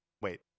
Wait